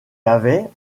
avait